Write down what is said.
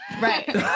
right